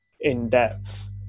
in-depth